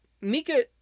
Mika